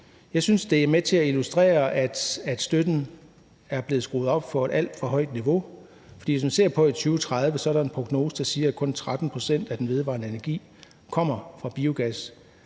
Jeg synes, det er med til at illustrere, at støtten er blevet skruet op på et alt for højt niveau, for hvis man ser på 2030, er der en prognose, der siger, at kun 13 pct. af den vedvarende energi kommer fra biogas.